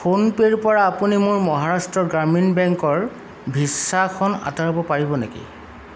PhonePe' ৰ পৰা আপুনি মোৰ মহাৰাষ্ট্ৰ গ্ৰামীণ বেংকৰ ভিছ্ছাখন আঁতৰাব পাৰিব নেকি